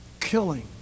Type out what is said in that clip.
killing